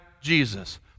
Jesus